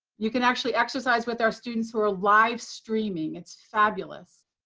you can actually exercise with our students who are live streaming. it's fabulous.